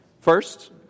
First